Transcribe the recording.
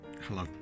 hello